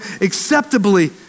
acceptably